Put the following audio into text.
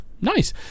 Nice